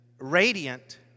radiant